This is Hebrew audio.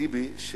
טיבי,